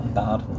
bad